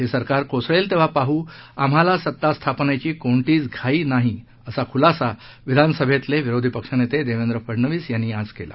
हे सरकार कोसळेल तेंव्हा पाहू आम्हाला सत्ता स्थापनेची कोणतीच घाई नसल्याचा खुलासा विधानसभेतील विरोधी पक्षेनेते देवेंद्र फडणवीस यांनी आज केला